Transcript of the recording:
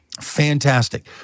fantastic